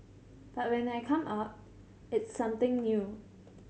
but when I come up it's something new